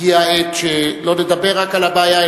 הגיעה העת שלא רק נדבר על הבעיה,